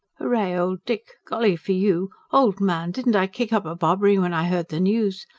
hooray, old dick, golly for you! old man didn't i kick up a bobbery when i heard the news.